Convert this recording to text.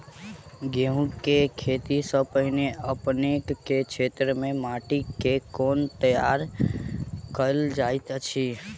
गेंहूँ केँ खेती सँ पहिने अपनेक केँ क्षेत्र मे माटि केँ कोना तैयार काल जाइत अछि?